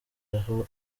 aho